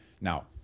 Now